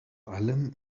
allem